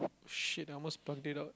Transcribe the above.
shit I almost plugged it out